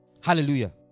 Hallelujah